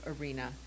arena